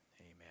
Amen